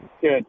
Good